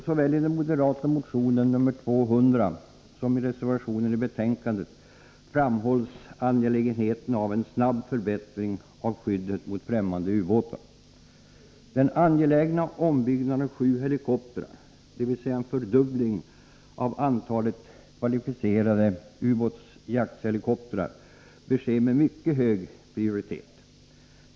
Såväl i den moderata motionen nr 200 som i reservationen i betänkandet framhålls angelägenheten av en snabb förbättring av skyddet mot främmande ubåtar. Den angelägna ombyggnaden av sju helikoptrar, dvs. en fördubbling av antalet kvalificerade ubåtsjaktshelikoptrar, bör ske med mycket hög prioritet.